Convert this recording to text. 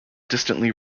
distantly